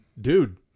dude